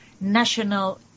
national